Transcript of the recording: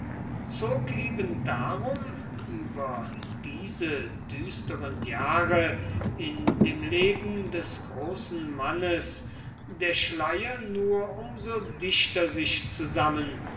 zog ebendarum über diese düsteren jahre in dem leben des großen mannes der schleier nur um so dichter sich zusammen